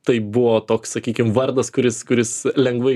tai buvo toks sakykim vardas kuris kuris lengvai